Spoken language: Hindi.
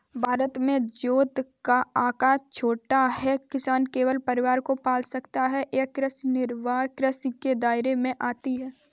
भारत में जोत का आकर छोटा है, किसान केवल परिवार को पाल सकता है ये कृषि निर्वाह कृषि के दायरे में आती है